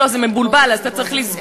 לא, זה מבולבל, אז אתה צריך לזכור.